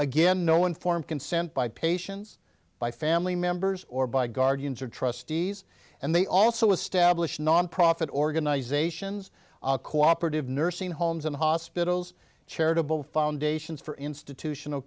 again no informed consent by patients by family members or by guardians or trustees and they also established nonprofit organizations cooperative nursing homes and hospitals charitable foundations for institutional